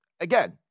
again